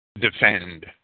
defend